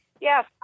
Yes